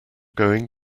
going